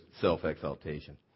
self-exaltation